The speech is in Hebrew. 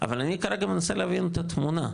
אבל אני כרגע מנסה להבין את התמונה.